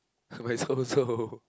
why so so